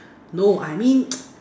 no I mean